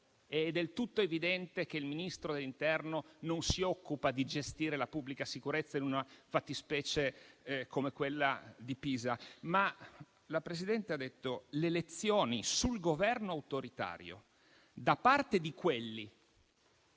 È del tutto evidente che il Ministro dell'interno non si occupa di gestire la pubblica sicurezza in una fattispecie come quella di Pisa. Ma il presidente Meloni ha detto che «le lezioni sul Governo autoritario da parte di quelli